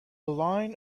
line